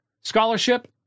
scholarship